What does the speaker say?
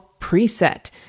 Preset